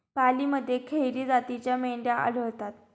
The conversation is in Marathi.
पालीमध्ये खेरी जातीच्या मेंढ्या आढळतात